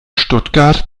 stuttgart